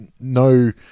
no